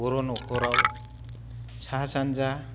बर' न'खराव साहा सानजा